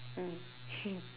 mm